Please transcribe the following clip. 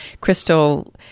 crystal